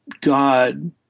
God